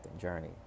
journey